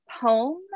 poem